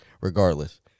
Regardless